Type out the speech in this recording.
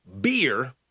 beer